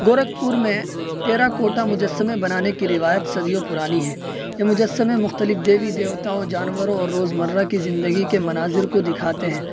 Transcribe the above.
گورکھپور میں terracotta مجسمے بنانے کی روایت صدیوں پرانی ہے یہ مجسمے مختلف دیوی دیوتاؤں جانوروں اور روز مرہ کی زندگی کے مناظر کو دکھاتے ہیں